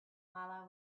while